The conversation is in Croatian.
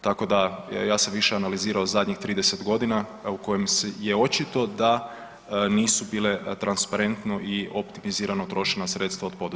Tako da ja sam više analizirao zadnjih 30 godina u kojim je očito da nisu bile transparentno i optimizirano trošena sredstva od poduzetnika.